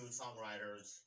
songwriters